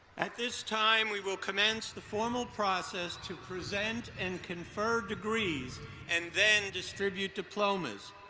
at this time, we will commence the formal process to present and confer degrees and then distribute diplomas.